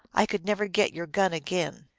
i could never get your gun again.